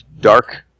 dark